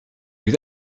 vous